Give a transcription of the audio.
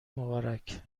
مبارک